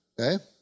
okay